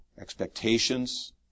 expectations